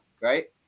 right